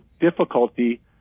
difficulty